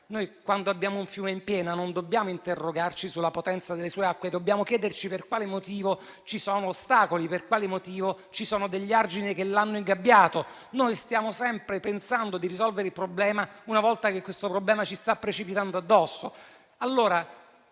quando abbiamo un fiume in piena, dobbiamo non interrogarci sulla potenza delle sue acque, ma chiederci per quale motivo ci sono ostacoli, per quale motivo ci sono degli argini che l'hanno ingabbiato. Noi stiamo sempre pensando di risolvere il problema una volta che esso ci sta precipitando addosso.